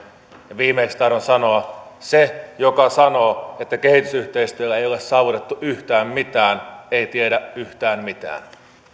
viimeiseksi tahdon sanoa että se joka sanoo että kehitysyhteistyöllä ei ole saavutettu yhtään mitään ei tiedä yhtään mitään